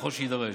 ככל שיידרש.